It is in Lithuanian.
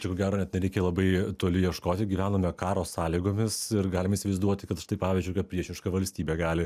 čia ko gero net nereikia labai toli ieškoti gyvename karo sąlygomis ir galime įsivaizduoti kad štai pavyzdžiui kad priešiška valstybė gali